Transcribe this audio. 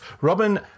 Robin